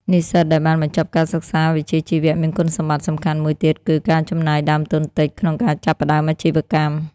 និស្សិតដែលបានបញ្ចប់ការសិក្សាវិជ្ជាជីវៈមានគុណសម្បត្តិសំខាន់មួយទៀតគឺ ការចំណាយដើមទុនតិច ក្នុងការចាប់ផ្តើមអាជីវកម្ម។